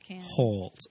hold